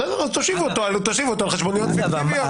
בסדר, אז תושיבו אותו על חשבוניות פיקטיביות.